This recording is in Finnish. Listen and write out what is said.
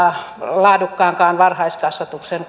laadukkaankaan varhaiskasvatuksen